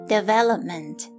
Development